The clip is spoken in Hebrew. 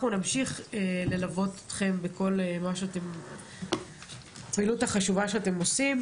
אנחנו נמשיך ללוות אתכם בכל הפעילות החשובה שאתם עושים.